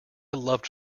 loved